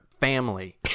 family